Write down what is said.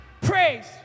praise